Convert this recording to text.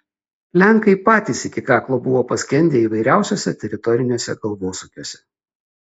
lenkai patys iki kaklo buvo paskendę įvairiausiuose teritoriniuose galvosūkiuose